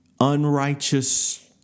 unrighteous